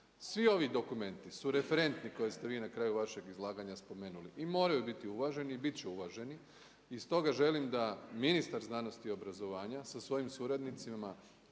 Svi ovi dokumenti su referentni koje ste vi na kraju vašeg izlaganja spomenuli i moraju biti uvaženi i bit će uvaženi. I stoga želim da ministar znanosti i obrazovanja sa svojim suradnicima